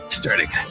starting